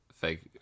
fake